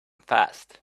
fast